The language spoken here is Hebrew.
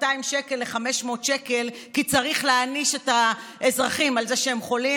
מ-200 שקל ל-500 שקל כי צריך להעניש את האזרחים על זה שהם חולים,